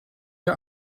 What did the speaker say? der